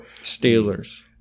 Steelers